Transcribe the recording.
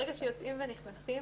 ברגע שיוצאים ונכנסים,